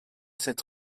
sept